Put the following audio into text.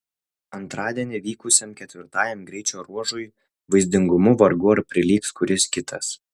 antradienį vykusiam ketvirtajam greičio ruožui vaizdingumu vargu ar prilygs kuris kitas